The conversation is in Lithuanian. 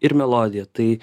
ir melodija tai